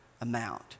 amount